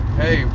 hey